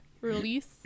release